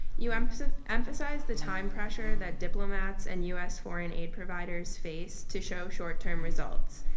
you emphasize ah emphasize the time pressure that diplomats and us foreign aid providers face to show short term results.